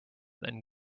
then